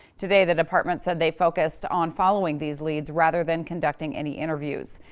today the department said they focused on following these leads, rather than conducting any interviews.